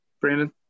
Brandon